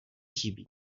chybí